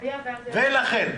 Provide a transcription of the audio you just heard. ולכן,